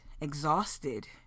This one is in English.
exhausted